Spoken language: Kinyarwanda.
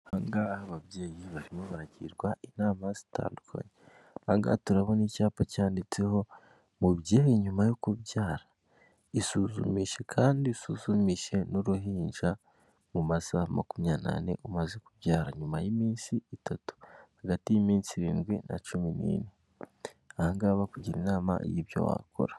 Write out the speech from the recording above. Akangaka ni agace runaka kagezweho keza, tubonamo kanyuramo abantu karimo n'umuhanda ugendwamo n'ibinyabiziga, ahangaha tukabona ipikipiki iriho umuyobozi uyiyoboye ayicayeho.